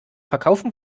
verkaufen